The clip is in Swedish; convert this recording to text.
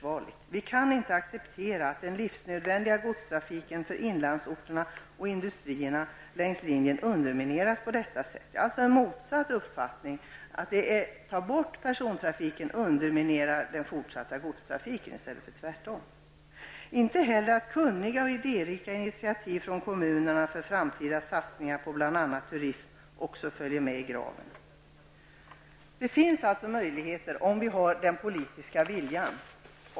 Vi kan inte acceptera att den livsnödvändiga godstrafiken för inlandsorterna och industrierna längs linjen undermineras på detta sätt. Här råder alltså en motsatt uppfattning: om man tar bort persontrafiken undermineras den fortsatta godstrafiken i stället för tvärtom. Det är också så att kunniga och idérika initiativ från kommunerna för framtida satsningar på bl.a. turism också följer med i graven. Det finns alltså möjligheter om vi har den politiska viljan.